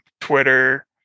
Twitter